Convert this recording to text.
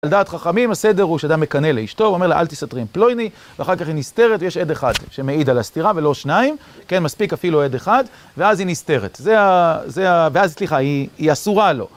לדעת חכמים, הסדר הוא שאדם מקנא לאשתו, הוא אומר לה, "אל תסתתרי עם פלוני", ואחר כך היא נסתרת, ויש עד אחד שמעיד על הסתירה, ולא שניים. כן, מספיק אפילו עד אחד, ואז היא נסתרת. זה ה... זה ה... ואז, סליחה, היא אסורה לו.